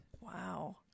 Wow